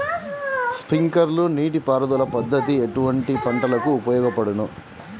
Sprinkler నీటిపారుదల పద్దతి ఎటువంటి పంటలకు ఉపయోగపడును?